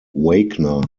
wagner